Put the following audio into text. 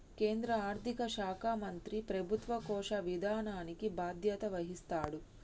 కేంద్ర ఆర్థిక శాఖ మంత్రి ప్రభుత్వ కోశ విధానానికి బాధ్యత వహిస్తాడు